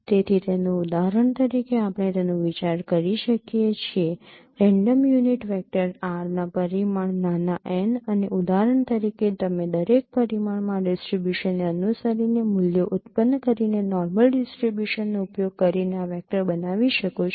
તેથી તેનું ઉદાહરણ તરીકે આપણે તેનો વિચાર કરી શકીએ છીએ રેન્ડમ યુનિટ વેક્ટર r ના પરિમાણ નાના n અને ઉદાહરણ તરીકે તમે દરેક પરિમાણમાં આ ડિસ્ટ્રિબ્યુશનને અનુસરીને મૂલ્યો ઉત્પન્ન કરીને નોર્મલ ડિસ્ટ્રિબ્યુશનનો ઉપયોગ કરીને આ વેક્ટર બનાવી શકો છો